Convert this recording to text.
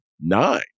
nine